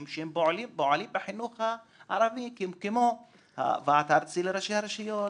שפועלים בחינוך הערבי כמו הוועד הארצי לראשי הרשויות,